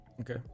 okay